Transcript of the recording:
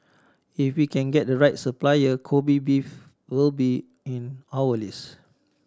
if we can get the right supplier Kobe beef will be in our list